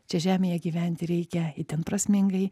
čia žemėje gyventi reikia itin prasmingai